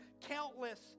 countless